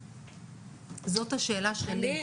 זאת השאלה שלי,